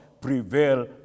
prevail